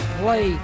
play